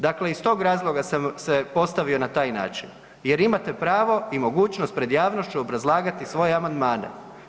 Dakle, iz tog razloga sam se postavio na taj način jer imate pravo i mogućnost pred javnošću obrazlagati svoje amandmane.